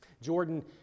Jordan